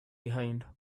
behind